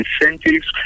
incentives